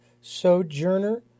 Sojourner